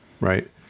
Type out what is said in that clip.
right